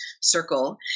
circle